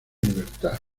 libertad